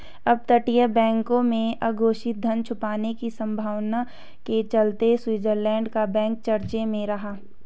अपतटीय बैंकों में अघोषित धन छुपाने की संभावना के चलते स्विट्जरलैंड का बैंक चर्चा में रहा